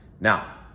now